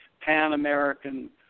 Pan-American